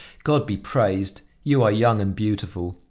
god be praised! you are young and beautiful.